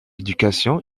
éducation